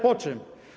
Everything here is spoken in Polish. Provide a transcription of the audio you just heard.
Po czym?